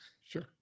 Sure